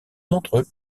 montreux